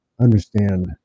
understand